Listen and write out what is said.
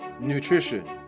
Nutrition